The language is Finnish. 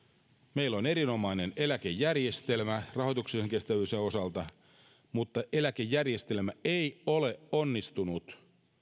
meillä on erinomainen eläkejärjestelmä rahoituksellisen kestävyyden osalta mutta eläkejärjestelmä ei ole onnistunut